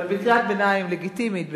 אבל בקריאת ביניים לגיטימית באמת,